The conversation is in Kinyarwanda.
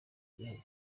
kandi